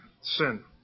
sin